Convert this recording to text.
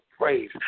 praise